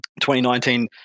2019